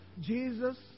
Jesus